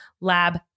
lab